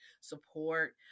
support